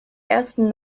ersten